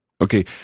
Okay